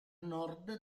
nord